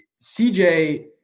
CJ